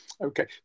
Okay